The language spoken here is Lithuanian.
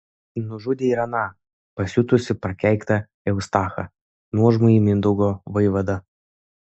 nužudė ir aną pasiutusį prakeiktą eustachą nuožmųjį mindaugo vaivadą